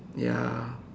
ya